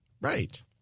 Right